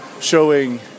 showing